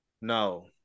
No